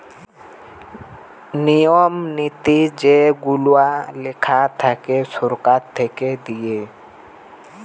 নিয়ম নীতি যেগুলা লেখা থাকে সরকার থেকে দিয়ে